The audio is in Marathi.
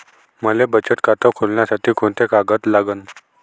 मले बचत खातं खोलासाठी कोंते कागद लागन?